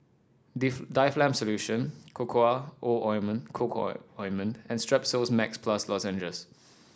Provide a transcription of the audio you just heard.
Difflam Solution O Ointment Coco O Ointment and Strepsils Max Plus Lozenges